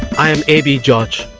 i am abey george